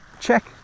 Check